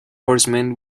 horsemen